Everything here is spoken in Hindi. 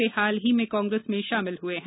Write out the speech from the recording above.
ये हाल ही में कांग्रेस में शामिल हुए हैं